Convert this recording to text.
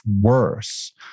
worse